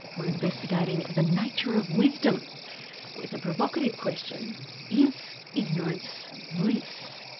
we're investigating the nature of wisdom with a provocative question is ignorance bliss?